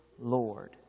Lord